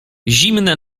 zimne